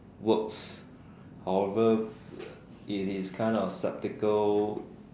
works however uh it is kind of skeptical